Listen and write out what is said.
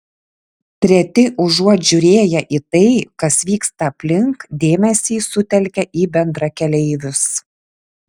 treti užuot žiūrėję į tai kas vyksta aplink dėmesį sutelkia į bendrakeleivius